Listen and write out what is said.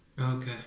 Okay